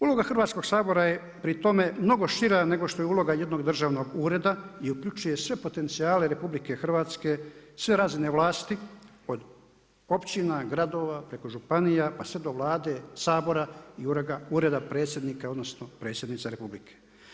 Uloga Hrvatskog sabora je pri tome mnogo šira nego što je uloga jednog državnog ureda i uključuje sve potencijale RH, sve razine vlasti od općina, gradova, preko županija pa sve do Vlade, Sabora i Ureda predsjednika, odnosno predsjednica Republike.